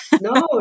No